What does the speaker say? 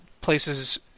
places